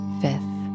fifth